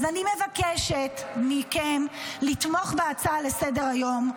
אז אני מבקשת מכם לתמוך בהצעה לסדר-היום,